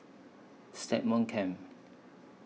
Stagmont Camp